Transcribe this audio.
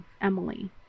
Emily